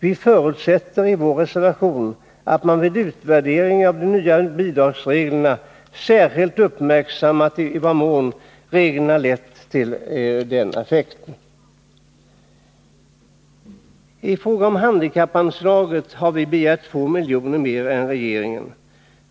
Vi förutsätter i vår reservation att man vid utvärderingen av de nya bidragsreglerna särskilt uppmärksammar i vad mån reglerna lett till denna effekt. I fråga om handikappanslaget har vi begärt 2 milj.kr. mer än regeringen.